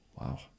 Wow